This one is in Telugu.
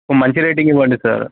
మంచి రేటింగ్ ఇవ్వండి సార్